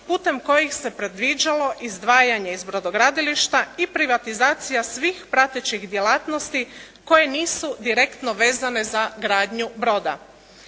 putem kojih se predviđalo izdvajanje iz brodogradilišta i privatizacija svih pratećih djelatnosti koje nisu direktno vezane za gradnju broda.